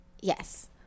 Yes